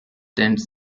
tents